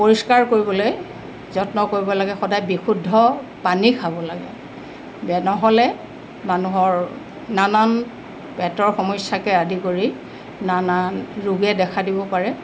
পৰিষ্কাৰ কৰিবলৈ যত্ন কৰিব লাগে সদায় বিশুদ্ধ পানী খাব লাগে বে নহ'লে মানুহৰ নানান পেটৰ সমস্যাকে আদি কৰি নানান ৰোগে দেখা দিব পাৰে